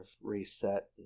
reset